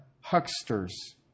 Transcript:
hucksters